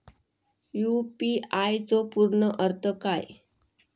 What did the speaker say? UPI चो पूर्ण अर्थ काय?